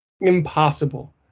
impossible